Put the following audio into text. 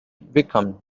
become